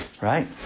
right